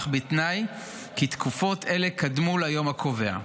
אך בתנאי כי תקופות אלה קדמו ליום הקובע.